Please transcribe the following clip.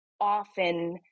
often